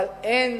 אבל אין